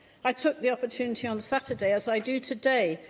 i took the opportunity on saturday, as i do today,